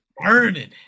burning